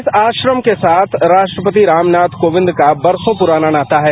इस आश्रम के साथ राष्ट्रपति रामनाथ कोविंद का बरसों पुराना नाता है